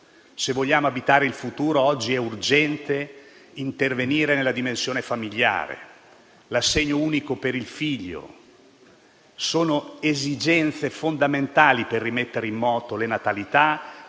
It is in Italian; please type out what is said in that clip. Se vogliamo abitare il futuro, oggi è urgente intervenire nella dimensione familiare. Penso all'assegno unico per il figlio. Sono esigenze fondamentali per rimettere in moto le natalità,